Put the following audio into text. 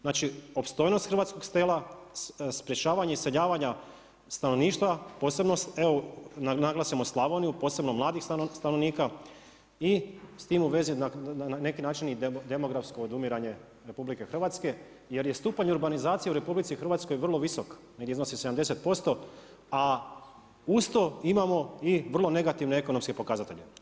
Znači, opstojnost hrvatskog sela, sprječavanje iseljavanja stanovništva posebno evo naglasimo Slavoniju, posebno mladih stanovnika i s tim u vezi na neki način i demografsko odumiranje Republike Hrvatske jer je stupanj urbanizacije u RH vrlo visok, negdje iznosi 70%, a uz to imamo i vrlo negativne ekonomske pokazatelje.